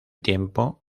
tiempo